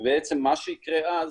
בעצם מה שיקרה אז,